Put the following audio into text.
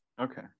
okay